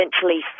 essentially